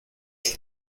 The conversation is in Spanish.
que